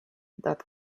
that